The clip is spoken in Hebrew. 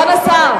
סגן השר.